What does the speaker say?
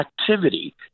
activity